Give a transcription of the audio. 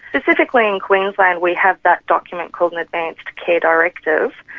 specifically in queensland we have that document called an advance care directive,